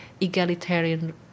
egalitarian